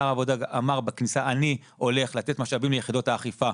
שר העבודה אמר בכניסה שהוא הולך לתת משאבים ליחידות האכיפה,